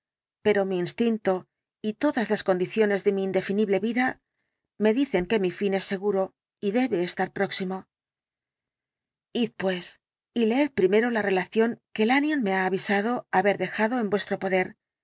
pero mi instinto y todas las condiciones de mi indefinible vida me dicen que mi fin es sela ultima noche m guro y debe estar próximo id pues y leed primero la relación que lanyón me ha avisado haber dejado en vuestro poder